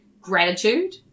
gratitude